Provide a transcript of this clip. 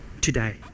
today